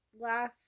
Last